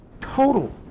Total